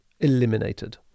eliminated